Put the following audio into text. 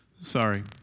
Sorry